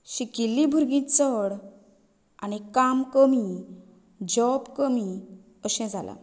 शिकिल्लीं भुरगीं चड आनी काम कमी जॉब कमी अशें जालां